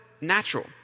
natural